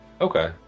Okay